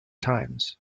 times